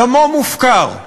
דמו מופקר.